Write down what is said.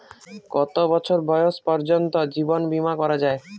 কত বছর বয়স পর্জন্ত জীবন বিমা করা য়ায়?